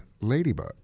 ladybug